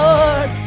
Lord